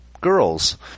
girls